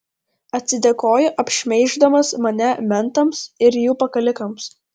atsidėkojo apšmeiždamas mane mentams ir jų pakalikams